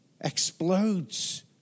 explodes